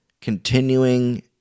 continuing